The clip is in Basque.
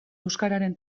euskararen